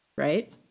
Right